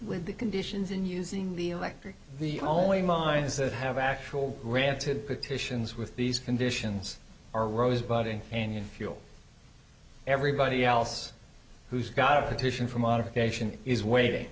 with the conditions in using the electric the only mines that have actually granted petitions with these conditions are rose voting and in fuel everybody else who's got a petition for modification is waiting